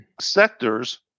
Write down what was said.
sectors